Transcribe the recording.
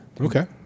Okay